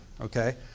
Okay